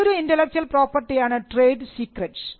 മറ്റൊരു ഇന്റെലക്ച്വൽ പ്രോപ്പർട്ടിയാണ് trade secrets